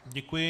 Děkuji.